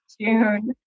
June